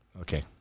Okay